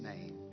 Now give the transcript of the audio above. name